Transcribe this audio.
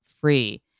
free